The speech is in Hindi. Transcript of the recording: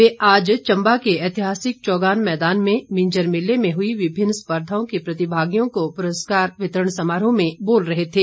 वे आज चम्बा के ऐतिहासिक चौगान मैदान में मिंजर मेले में हुई विभिन्न स्पर्धाओं के प्रतिभागियों को पुरस्कार वितरण समारोह में बोल रहे थे